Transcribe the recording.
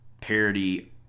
parody